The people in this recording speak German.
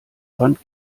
fand